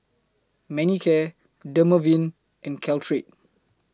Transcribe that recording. Manicare Dermaveen and Caltrate